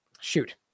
shoot